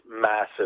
massive